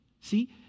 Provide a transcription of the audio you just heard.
See